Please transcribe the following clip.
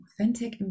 authentic